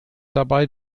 dabei